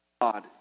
God